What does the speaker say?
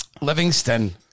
Livingston